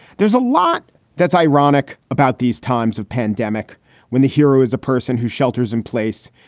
there's a lot that's ironic about these times of pandemic when the hero is a person who shelters in place,